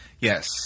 Yes